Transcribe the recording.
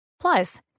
Plus